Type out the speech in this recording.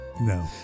No